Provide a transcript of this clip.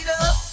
up